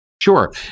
Sure